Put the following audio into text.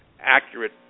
accurate